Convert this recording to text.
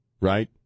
Right